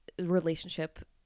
relationship